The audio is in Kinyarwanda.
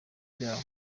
byawo